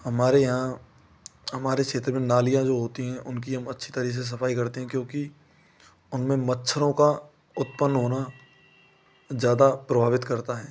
हमारे यहाँ हमारे क्षेत्र में नालियाँ जो होती हैं उनकी हम अच्छी तरह से सफाई करते हैं क्योंकि उनमें मच्छरों का उत्पन्न होना ज़्यादा प्रभावित करता है